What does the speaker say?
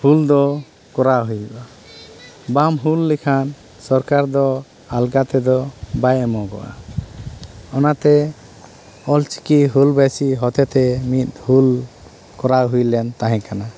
ᱦᱩᱞᱫᱚ ᱠᱚᱨᱟᱣ ᱦᱩᱩᱭᱩᱜᱼᱟ ᱵᱟᱢ ᱦᱩᱞ ᱞᱮᱠᱷᱟᱱ ᱥᱚᱨᱠᱟᱨ ᱫᱚ ᱟᱞᱜᱟᱛᱮᱫᱚ ᱵᱟᱭ ᱮᱢᱚᱜᱚᱜᱼᱟ ᱚᱱᱟᱛᱮ ᱚᱞᱪᱤᱠᱤ ᱦᱩᱞ ᱵᱟᱭᱥᱤ ᱦᱚᱛᱮᱛᱮ ᱢᱤᱫ ᱦᱩᱞ ᱠᱚᱨᱟᱣ ᱦᱩᱭᱞᱮᱱ ᱛᱟᱦᱮᱸᱠᱟᱱᱟ